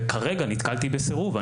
כרגע נתקלתי בסירוב.